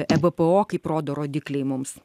ebėpėo kaip rodo rodikliai mums